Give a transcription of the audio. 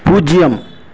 பூஜ்ஜியம்